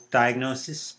diagnosis